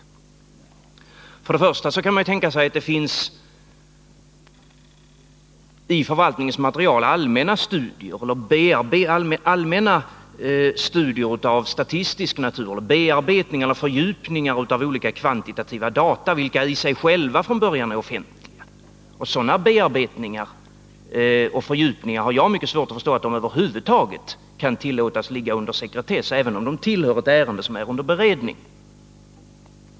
Till att börja med kan man tänka sig att det i förvaltningens material finns allmänna studier av statistisk natur, bearbetningar eller fördjupningar av olika kvantitativa data, vilka i sig själva från början är offentliga. Jag har svårt att förstå att sådana bearbetningar och fördjupningar över huvud taget kan tillåtas ligga under sekretess, även om de tillhör ett ärende som är under beredning.